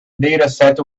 dataset